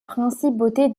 principauté